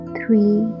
Three